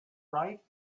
right